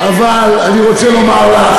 אבל אני רוצה לומר לך,